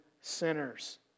sinners